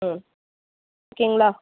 ம் ஓகேங்களா